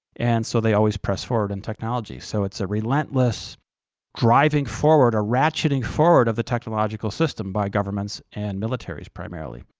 and so they always press forward in and technology. so it's a relentless driving forward or ratcheting forward of the technological system by governments and militaries primarily.